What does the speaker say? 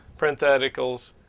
Parentheticals